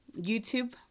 YouTube